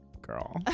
Girl